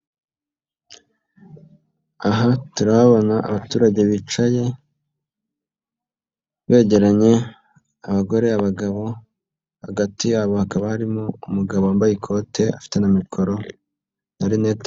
Aha turabona abaturage bicaye begeranye, abagore, abagabo, hagati yabo akaba harimo umugabo wambaye ikote afite mikoro na linete.